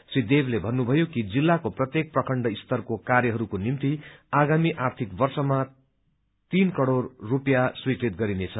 श्री देवले भन्नुभयो कि जित्ताको प्रत्येक प्रखण्ड स्तरको कार्यहरूको निम्ति आगामी आर्थिक वर्षमा तीन करोड़ रुपियाँ स्वीकृत गरिनेछ